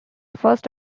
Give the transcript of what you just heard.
first